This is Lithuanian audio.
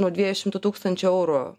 nuo dviejų šimtų tūkstančių eurų